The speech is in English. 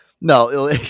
No